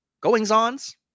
goings-ons